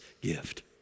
gift